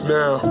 now